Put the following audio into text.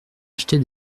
acheter